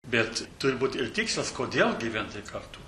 bet turi būti ir tikslas kodėl gyventi kartu